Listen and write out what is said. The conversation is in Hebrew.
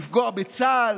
לפגוע בצה"ל,